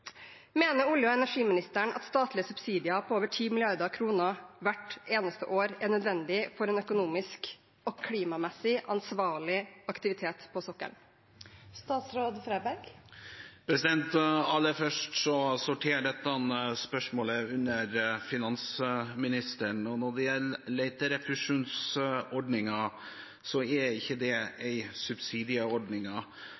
Mener olje- og energiministeren at statlige subsidier på over 10 mrd. kr hvert eneste år er nødvendig for en økonomisk og klimamessig ansvarlig aktivitet på sokkelen? Aller først: Dette spørsmålet sorterer under finansministeren. Når det gjelder leterefusjonsordningen, er ikke det